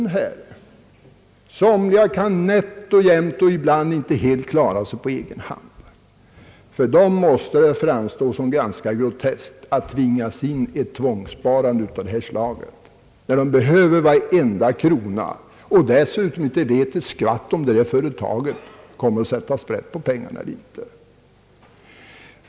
En del människor kan nätt och jämnt och ibland inte alls klara sig på egen hand. För dem måste det framstå som ganska groteskt att tvingas in i ett tvångssparande — när de behöver varje krona själva och dessutom inte vet om företaget i fråga kommer att förvalta pengarna väl eller inte.